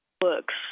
works